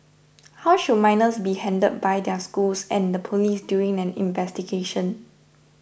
how should minors be handled by their schools and the police during an investigation